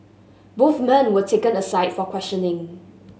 both men were taken aside for questioning